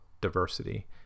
diversity